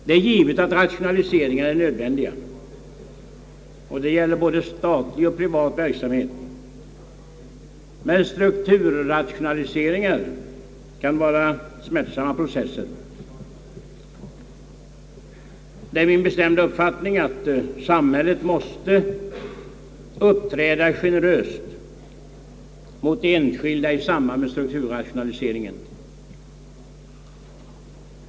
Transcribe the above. Det är givet att rationaliseringar är nödvändiga och det gäller både statlig och privat verksamhet. Men strukturrationaliseringar kan vara smärtsamma processer. Det är min bestämda uppfattning att sam hället måste uppträda generöst mot de enskilda i samband med strukturrationaliseringen.